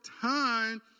time